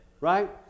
Right